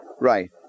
Right